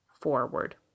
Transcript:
forward